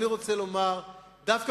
אני רוצה לומר, דווקא